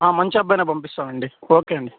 మంచి అబ్బాయిని పంపిస్తాం అండి ఓకే అండి